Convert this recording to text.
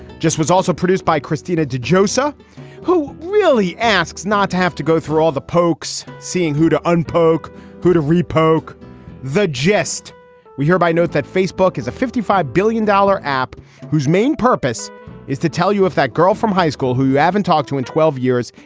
just was also produced by christina de josiah who really asks not to have to go through all the pokes seeing who to and unplug who to re poke the we hereby note that facebook is a fifty five billion dollar app whose main purpose is to tell you if that girl from high school who you haven't talked to in twelve years.